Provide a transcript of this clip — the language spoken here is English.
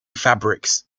fabrics